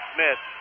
Smith